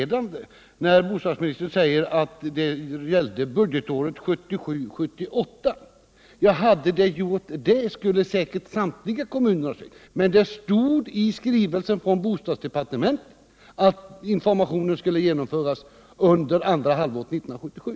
18 april 1978 Bostadsministern säger att bidraget gällde verksamheten under budgetåret 1977/78. Hade det varit fallet, skulle säkert samtliga kommuner ha sökt. Men det stod i skrivelsen från bostadsdepartementet att informationen skulle lämnas under andra halvåret 1977.